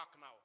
now